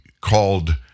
called